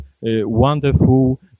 wonderful